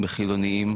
בחילוניים,